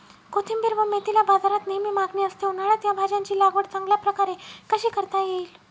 कोथिंबिर व मेथीला बाजारात नेहमी मागणी असते, उन्हाळ्यात या भाज्यांची लागवड चांगल्या प्रकारे कशी करता येईल?